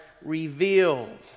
revealed